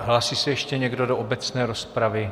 Hlásí se ještě někdo do obecné rozpravy?